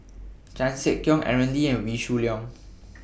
Chan Sek Keong Aaron Lee and Wee Shoo Leong